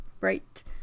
right